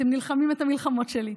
אתם נלחמים את המלחמות שלי,